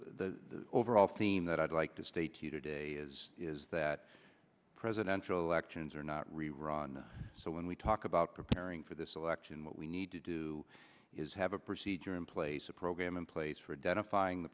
overall theme that i'd like to state here today is is that presidential elections are not rerun so when we talk about preparing for this election what we need to do is have a procedure in place a program in place for done a filing the